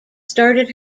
started